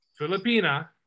Filipina